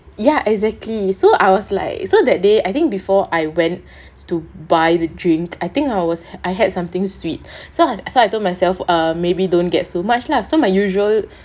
ya exactly so I was like so that day I think before I went to buy the drink I think I was I had something sweet so ah so I told myself err maybe don't get so much lah so my usual